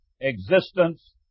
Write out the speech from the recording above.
existence